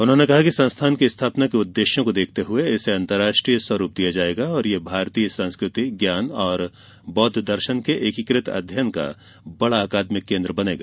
उन्होंने कहा कि संस्थान की स्थापना के उद्देश्यों को देखते हुए इसे अंतर्राष्ट्रीय स्वरूप दिया जायेगा और ये भारतीय संस्कृति ज्ञान और बौद्ध दर्शन के एकीकृत अध्ययन का बड़ा अकादमिक केन्द्र बनेगा